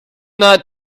not